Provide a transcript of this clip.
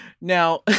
Now